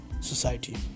society